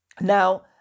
now